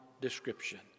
description